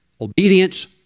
obedience